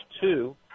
two